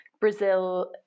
Brazil